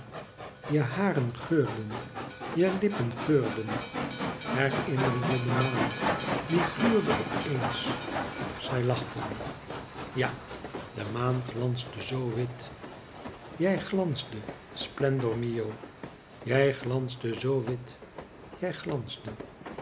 je haren geurden je lippen geurden herinner je de maan die gluurde op eens zij lachten ja de maan glansde zoo wit jij glansde splendor mio jij glansde zoo wit jij glansde